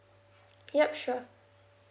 yup sure